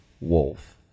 wolf